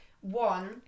one